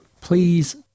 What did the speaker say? please